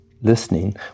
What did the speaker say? Listening